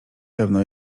pewno